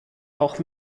auch